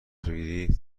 بگیری